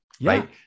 right